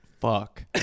Fuck